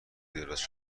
درست